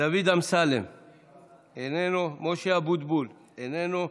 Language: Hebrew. דוד אמסלם, איננו, משה אבוטבול, איננו,